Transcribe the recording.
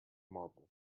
marble